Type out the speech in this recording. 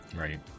Right